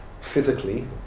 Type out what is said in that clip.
physically